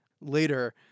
later